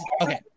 okay